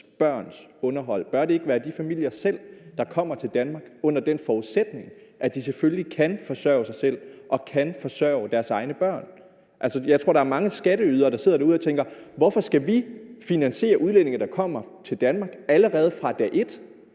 børns underhold? Bør det ikke være de familier, der kommer til Danmark, selv, under den forudsætning, at de selvfølgelig kan forsørge sig selv og kan forsørge deres egne børn? Altså, jeg tror, der er mange skatteydere, der sidder derude og tænker: Hvorfor skal vi finansiere udlændinge, der kommer til Danmark, allerede fra dag et?